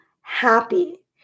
happy